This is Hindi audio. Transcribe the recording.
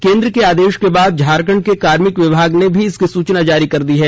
केंद्र के आदेश के बाद झारखंड के कार्मिक विभाग ने भी इसकी अधिसूचना जारी कर दी है